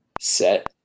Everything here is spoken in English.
set